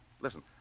listen